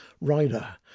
Rider